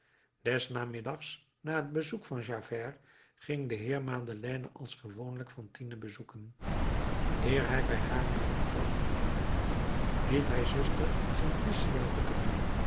des namiddags na het bezoek van javert ging de heer madeleine als gewoonlijk fantine bezoeken eer hij bij haar binnentrad liet hij zuster simplicia roepen